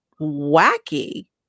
wacky